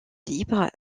libre